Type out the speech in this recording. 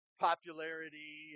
popularity